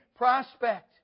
prospect